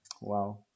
wow